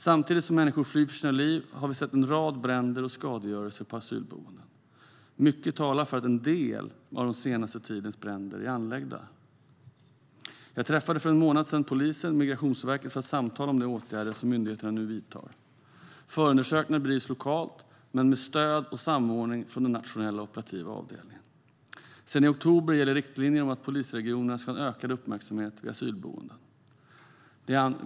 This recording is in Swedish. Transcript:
Samtidigt som människor flyr för sina liv har vi sett en rad bränder och skadegörelser på asylboenden. Mycket talar för att en del av den senaste tidens bränder är anlagda. Jag träffade för en månad sedan polisen och Migrationsverket för att samtala om de åtgärder som myndigheterna nu vidtar. Förundersökningar bedrivs lokalt men med stöd och samordning från Nationella operativa avdelningen. Sedan i oktober gäller riktlinjer om att polisregionerna ska ha ökad uppmärksamhet vid asylboenden.